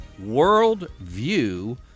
Worldview